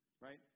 right